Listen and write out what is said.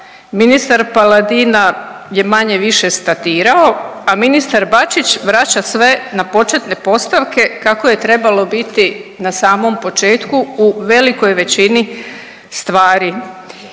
ministar Paladina je manje-više statirao, a ministar Bačić vraća sve na početne postavke kako je trebalo biti na samom početku u velikoj većini stvari.